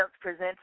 presents